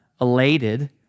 elated